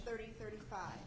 thirty thirty five